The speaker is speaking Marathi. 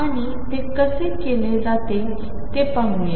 आणि ते कसे केले जाते ते पाहूया